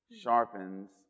sharpens